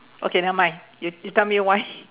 okay never mind you you tell me why